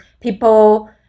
people